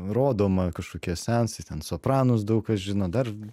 rodoma kažkokie sensai ten sopranus daug kas žino dar